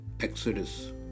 Exodus